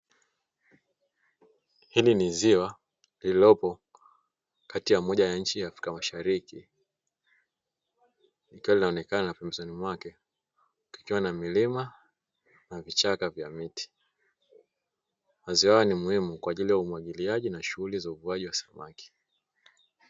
Hili ni ziwa lililopo kati ya moja ya nchi ya Afrika mashariki, likiwa linaonekana, pembezoni mwake likiwa na milima na vichaka vya miti , maziwa haya ni muhimu kwa ajili ya umwagiliaji na shunguli za uvuaji wa samaki.